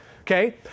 Okay